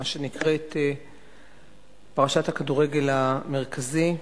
מה שנקראת פרשת "הכדור המרכזי",